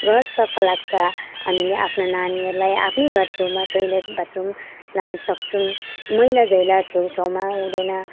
घर सफा लाग्छ हामीले आफ्ना नानीहरूलाई आफ्नै घरछेउमा टोइलेट बाथरुम लानसक्छौँ मैलाधैला छेउछाउमा हुँदैन